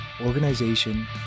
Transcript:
organization